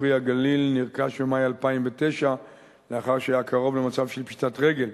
פרי הגליל" נרכש במאי 2009 לאחר שהיה קרוב למצב של פשיטת רגל.